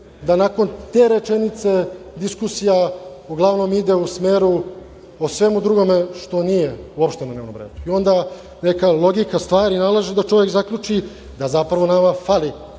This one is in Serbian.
da nakon te rečenice diskusija uglavnom ide u smeru o svemu drugome što nije uopšte na dnevnom redu. Onda neka logika stvari nalaže da čovek zaključi da zapravo nama fali